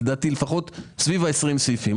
לדעתי סביב 20 סעיפים,